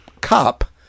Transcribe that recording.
cop